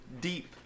deep